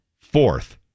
fourth